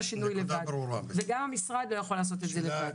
השינוי לבד וגם המשרד לא יכול לעשות את זה לבד.